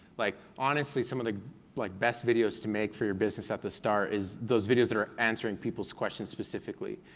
like honestly, some of the like best videos to make for your business at the start is those videos that are answering people's questions specifically,